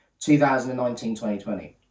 2019-2020